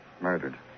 Murdered